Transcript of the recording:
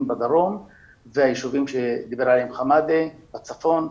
בדרום והישובים עליהם דיבר חמאדה בצפון,